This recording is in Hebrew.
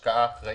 משפחות.